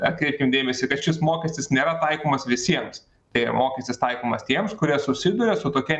atkreipėm dėmesį kad šis mokestis nėra taikomas visiems tai yra mokestis taikomas tiems kurie susiduria su tokia